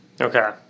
okay